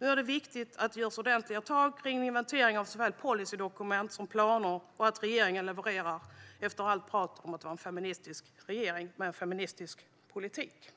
Nu är det viktigt att det tas ordentliga tag i inventering av såväl policydokument som planer och att regeringen levererar efter allt prat om att vara en feministisk regering med en feministisk politik.